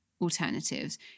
alternatives